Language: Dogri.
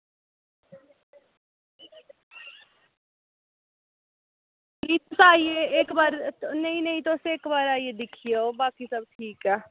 प्लीज तुस आइयै इक बारी नेईं नेईं तुस इक बारी आइयै दिक्खी जाओ बाकी सब ठीक ऐ